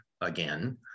again